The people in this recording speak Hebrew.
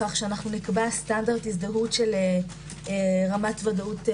כך שנקבע סטנדרט הזדהות של רמת ודאות גבוהה,